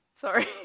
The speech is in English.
Sorry